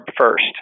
first